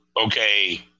okay